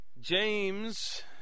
James